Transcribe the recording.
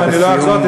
ואני לא אחזור,